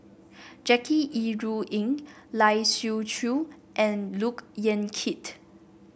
Jackie Yi Ru Ying Lai Siu Chiu and Look Yan Kit